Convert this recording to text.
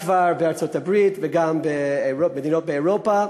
שקיים כבר בארצות-הברית וגם במדינות באירופה,